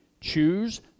Choose